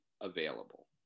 available